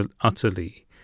utterly